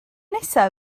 nesaf